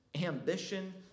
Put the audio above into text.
Ambition